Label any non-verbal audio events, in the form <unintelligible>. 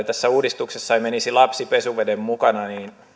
<unintelligible> tässä uudistuksessa ei menisi lapsi pesuveden mukana